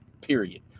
period